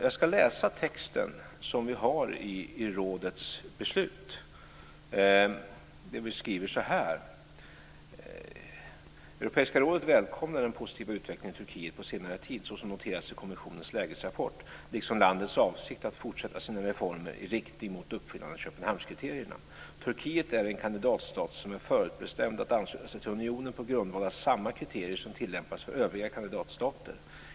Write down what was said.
Jag ska läsa upp texten i rådets beslut: "Europeiska rådet välkomnar den positiva utvecklingen i Turkiet på senare tid, så som noteras i kommissionens lägesrapport, liksom landets avsikt att fortsätta sina reformer i riktning mot uppfyllande av Köpenhamnskriterierna. Turkiet är en kandidatstat som är förutbestämd att ansluta sig till unionen på grundval av samma kriterier som tillämpas för de övriga kandidatstaterna.